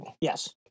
Yes